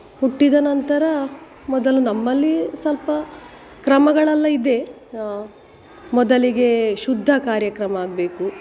ಹುಟ್ಟಿದ ನಂತರ ಮೊದಲು ನಮ್ಮಲ್ಲಿ ಸ್ವಲ್ಪ ಕ್ರಮಗಳೆಲ್ಲ ಇದೆ ಮೊದಲಿಗೆ ಶುದ್ಧ ಕಾರ್ಯಕ್ರಮ ಆಗಬೇಕು